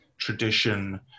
tradition